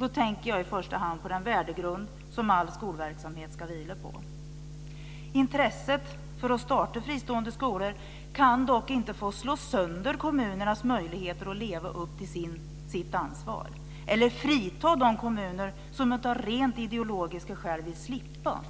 Jag tänker i första hand på den värdegrund som all skolverksamhet ska vila på. Intresset för att starta fristående skolor kan dock inte få slå sönder kommunernas möjligheter att leva upp till sitt ansvar eller frita de kommuner som av rent ideologiska skäl vill slippa.